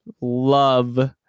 love